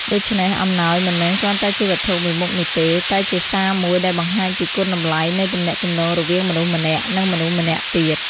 ដូច្នេះ អំណោយមិនមែនគ្រាន់តែជាវត្ថុមួយមុខនោះទេ តែជាសារមួយដែលបង្ហាញពីគុណតម្លៃនៃទំនាក់ទំនងរវាងមនុស្សម្នាក់ និងមនុស្សម្នាក់ទៀត។